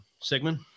Sigmund